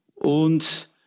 Und